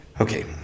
okay